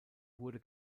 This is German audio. wurde